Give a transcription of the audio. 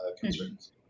concerns